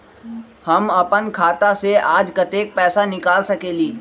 हम अपन खाता से आज कतेक पैसा निकाल सकेली?